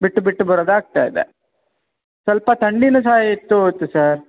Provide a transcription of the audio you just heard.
ಬಿಟ್ಟು ಬಿಟ್ಟು ಬರೋದು ಆಗ್ತಾಯಿದೆ ಸ್ವಲ್ಪ ಥಂಡಿನೂ ಸಹ ಇತ್ತು ಇತ್ತು ಸರ್